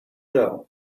doe